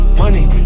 money